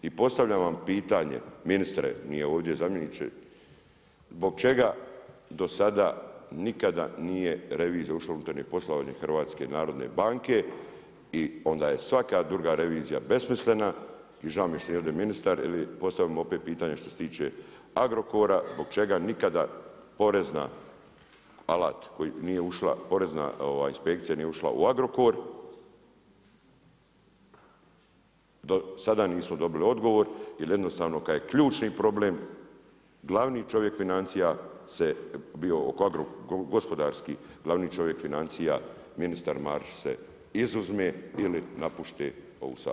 I postavljam vam pitanje, ministre, nije ovdje zamjeniče, zbog čega do sad a nikada nije revizija ušla unutarnje poslovanje HNB i onda je svaka druga revizija besmislena i žao mi je što je i ovdje ministar jer mu postavljam opet pitanje što se tiče Agrokora, zbog čega nikada porez na alat, koji nije ušla, Porezna inspekcija nije ušla u Agrokor, do sada nismo dobili odgovor jel jednostavno kada je ključni problem glavni čovjek financija gospodarski glavni čovjek financija ministar Marić se izuzme ili napusti ovu sabornicu.